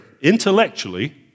intellectually